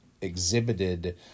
exhibited